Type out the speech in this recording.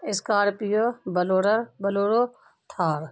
Scorpio Bolero Bolero Thar